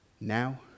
now